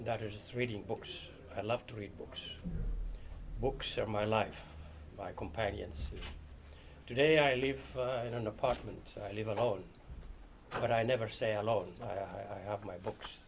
doctors reading books i love to read books books are my life my companions today i live in an apartment so i live alone but i never say alone i have my books